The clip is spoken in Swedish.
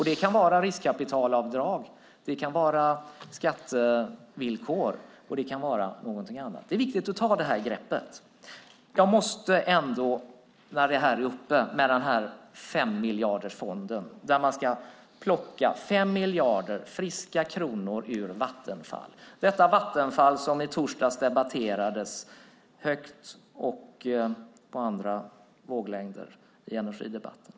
Det kan vara riskkapitalavdrag, det kan vara skattevillkor och det kan vara någonting annat. Det är viktigt att ta det här greppet. Jag måste ändå ta upp femmiljardersfonden, när den nu är uppe, att man ska plocka 5 miljarder friska kronor ur Vattenfall, detta Vattenfall som i torsdags debatterades högt och på flera våglängder i energidebatten.